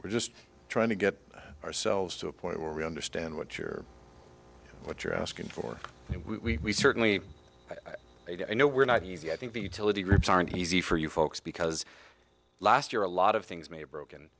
we're just trying to get ourselves to a point where we understand what you're what you're asking for we certainly know we're not easy i think the utility groups aren't easy for you folks because last year a lot of things may